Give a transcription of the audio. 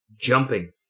jumping